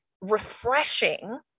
refreshing